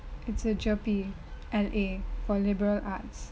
it's a jerpy L_A for liberal arts